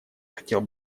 хотел